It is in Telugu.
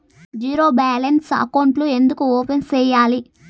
జీరో బ్యాలెన్స్ అకౌంట్లు ఎందుకు ఓపెన్ సేయాలి